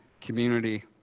community